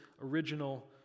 original